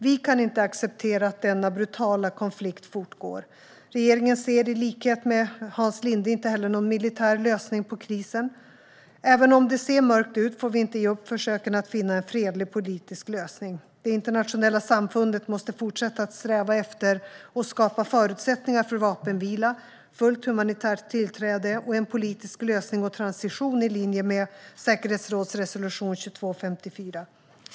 Vi kan inte acceptera att denna brutala konflikt fortgår. Regeringen ser, i likhet med Hans Linde, inte heller någon militär lösning på krisen. Även om det ser mörkt ut får vi inte ge upp försöken att finna en fredlig politisk lösning. Det internationella samfundet måste fortsätta att sträva efter och skapa förutsättningar för vapenvila, fullt humanitärt tillträde och en politisk lösning och transition i linje med säkerhetsrådsresolution 2254.